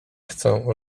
chcę